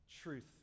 truth